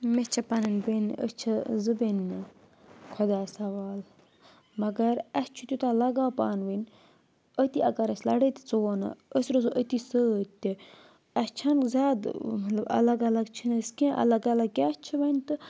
مےٚ چھےٚ پَنٕنۍ بیٚنہِ أسۍ چھِ زٕ بیٚنہِ خۄدایَس حَوالہٕ مگر اَسہِ چھُ توٗتاہ لَگاو پانہٕ ؤنۍ أتہِ اَگَر أسۍ لَڑٲے تہِ ژَوٚو نہٕ أسۍ روزو أتہِ سۭتۍ تہِ اَسہِ چھنہٕ زیادٕ مطلب الگ الگ چھِنہٕ أسۍ کینٛہہ الگ الگ کیاہ چھِ وۄنۍ تہٕ